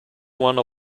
one